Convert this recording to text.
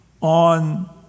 on